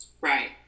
Right